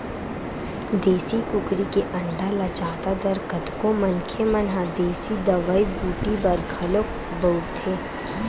देसी कुकरी के अंडा ल जादा तर कतको मनखे मन ह देसी दवई बूटी बर घलोक बउरथे